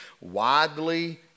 widely